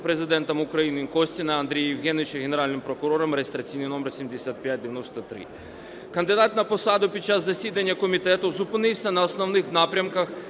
Президентом України Костіна Андрія Євгеновича Генеральним прокурором (реєстраційний номер 7593). Кандидат на посаду під час засідання комітету зупинився на основних напрямках